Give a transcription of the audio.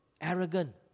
arrogant